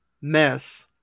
mess